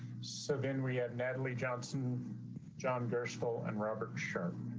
so then we have natalie johnson john gospel and robert shirt.